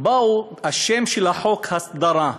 השם של החוק: הסדרה.